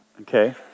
okay